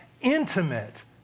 intimate